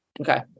Okay